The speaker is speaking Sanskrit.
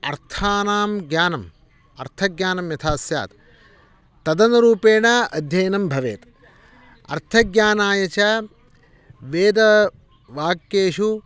अर्थानां ज्ञानं अर्थज्ञानं यथा स्यात् तदनुरूपेण अध्ययनं भवेत् अर्थज्ञानाय च वेदवाक्येषु